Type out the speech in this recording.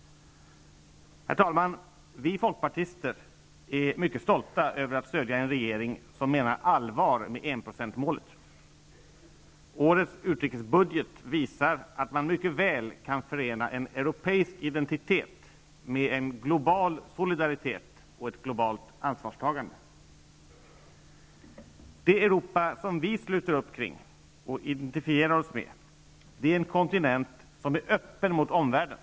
Herr talman! Vi folkpartister är mycket stolta över att stödja en regering som menar allvar med enprocentsmålet. Årets utrikesbudget visar att man mycket väl kan förena en europeisk identitet med en global solidaritet och ett globalt ansvarstagande. Det Europa som vi sluter upp kring och identifierar oss med är en kontinent som är öppen mot omvärlden.